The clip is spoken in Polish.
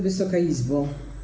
Wysoka Izbo!